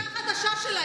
Join the club.